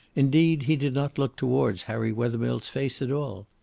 indeed, he did not look towards harry wethermill's face at all.